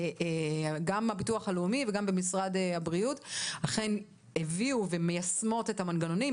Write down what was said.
גם הביטוח הלאומי וגם משרד הבריאות אכן הביאו ומיישמים את המנגנונים,